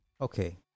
Okay